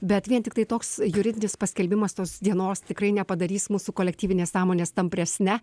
bet vien tiktai toks juridinis paskelbimas tos dienos tikrai nepadarys mūsų kolektyvinės sąmonės tampresne